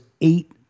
eight